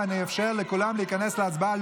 ואני אאפשר לכולם להיכנס להצבעה.